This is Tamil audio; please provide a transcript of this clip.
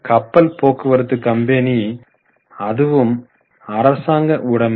கப்பல் போக்குவரத்து கம்பெனி அதுவும் அரசாங்க உடைமை